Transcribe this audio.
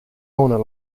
corner